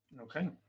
Okay